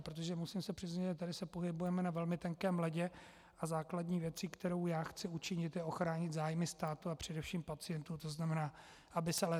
Protože musím se přiznat, tady se pohybujeme na velmi tenkém ledě a základní věcí, kterou já chci učinit, je ochránit zájmy státu a především pacientů, tzn. aby se létalo.